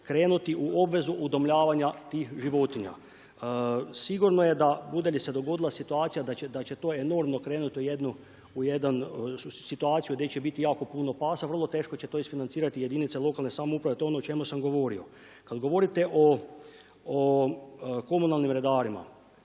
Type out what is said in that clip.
krenuti u obvezu udomljavanju tih životinja. Sigurno je da bude li se dogodila situacija, da će to enormno krenuti u jednu situaciju gdje će biti jako puno pasa, vrlo teško će to isfinancirati jedinice lokalne samouprave, to je ono o čemu sam govorio. Kada govorite o komunalnim redarima.